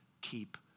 keep